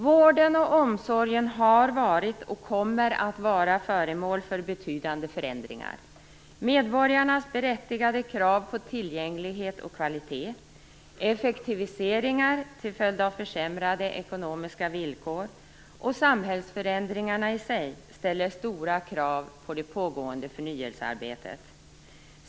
Vården och omsorgen har varit och kommer att vara föremål för betydande förändringar. Medborgarnas berättigade krav på tillgänglighet och kvalitet, effektiviseringar till följd av försämrade ekonomiska villkor och samhällsförändringarna i sig ställer stora krav på det pågående förnyelsearbetet.